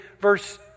verse